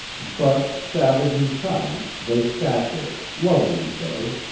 but, savage and silent, they sat there, loving each other,